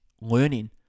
learning